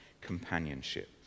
companionship